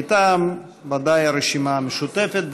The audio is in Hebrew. ודאי מטעם הרשימה המשותפת.